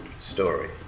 story